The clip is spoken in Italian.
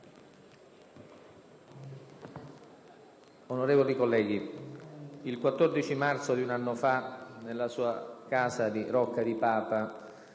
Onorevoli colleghi, il 14 marzo di un anno fa, nella sua casa di Rocca di Papa,